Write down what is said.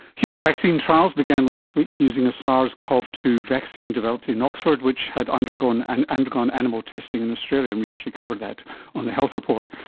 human vaccine trials began last week using a sars cov two vaccine developed in oxford which had undergone and undergone animal testing in australia and we actually covered that on the health report.